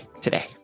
today